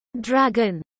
Dragon